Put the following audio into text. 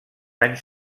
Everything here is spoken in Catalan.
anys